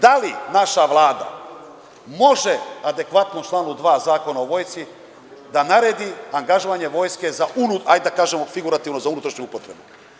Da li naša Vlada može adekvatno u članu 2. Zakona o Vojsci, da naredi angažovanje Vojske za, da kažem figurativno, unutrašnju upotrebu?